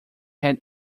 had